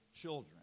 children